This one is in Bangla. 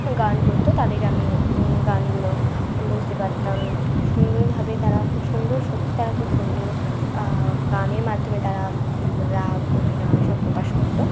গান করতো তাদেরকে আমি গানগুলো বুঝতে পারতাম সুন্দরভাবে তারা খুব সুন্দর সত্যি তারা খুব সুন্দর গানের মাধ্যমে তারা রাগ অভিনয় সব প্রকাশ করতো